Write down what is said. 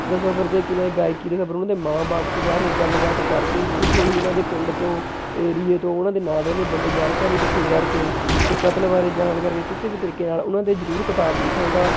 ਦਾ ਸਫਰ ਅਤੇ ਕਿਵੇਂ ਗਾਇਕੀ ਦਾ ਸਫਰ ਉਨ੍ਹਾਂ ਦੇ ਮਾਂ ਬਾਪ ਤੋਂ ਵਾਰੇ ਗੱਲਬਾਤ ਕਰਕੇ ਹੌਲ਼ੀ ਹੌਲ਼ੀ ਉਨ੍ਹਾਂ ਦੇ ਪਿੰਡ ਤੋਂ ਏਰੀਏ ਤੋਂ ਉਨ੍ਹਾਂ ਦੇ ਨਾਲ਼ ਰਹਿੰਦੇ ਬੰਦੇ ਜਾਣਕਾਰੀ ਇਕੱਠੀ ਕਰਕੇ ਅਤੇ ਕਤਲ ਬਾਰੇ ਜਾਣਕਾਰੀ ਕਿਸੇ ਵੀ ਤਰੀਕੇ ਨਾਲ਼ ਉਨ੍ਹਾਂ 'ਤੇ ਜ਼ਰੂਰ ਕਿਤਾਬ ਲਿਖਾਂਗਾ